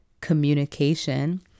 communication